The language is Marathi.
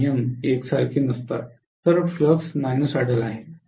तर फ्लक्स नॉन साइनसॉइडल आहे